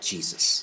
Jesus